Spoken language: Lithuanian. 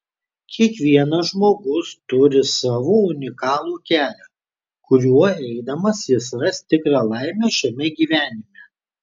kiekvienas žmogus turi savo unikalų kelią kuriuo eidamas jis ras tikrąją laimę šiame gyvenime